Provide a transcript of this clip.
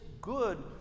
good